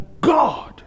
God